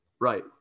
right